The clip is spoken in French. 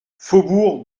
faubourg